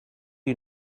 you